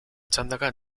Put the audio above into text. txandaka